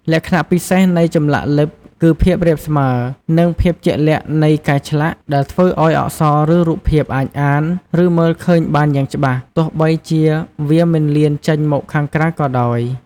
លក្ខណៈពិសេសនៃចម្លាក់លិបគឺភាពរាបស្មើ និងភាពជាក់លាក់នៃការឆ្លាក់ ដែលធ្វើឲ្យអក្សរ ឬរូបភាពអាចអាន ឬមើលឃើញបានយ៉ាងច្បាស់ ទោះបីជាវាមិនលៀនចេញមកក្រៅក៏ដោយ។